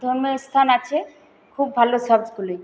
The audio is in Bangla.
ধর্মীয় স্থান আছে খুব ভালো সবগুলি